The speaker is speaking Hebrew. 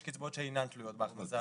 יש קצבאות שאינן תלויות בהכנסה.